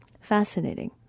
fascinating